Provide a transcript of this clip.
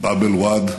"באב אל-אד,